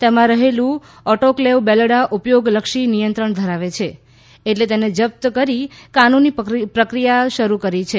તેમાં રહેલું ઓટોક્લેવ બેલડા ઉપયોગલક્ષી નિયંત્રણ ધરાવે છે એટલે તેને જપ્ત કરી કામૂની પ્રક્રિયા શરૂ કરી છે